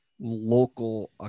Local